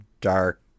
dark